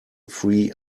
free